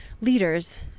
leaders